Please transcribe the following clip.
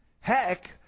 Heck